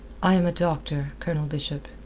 i am a doctor, colonel bishop.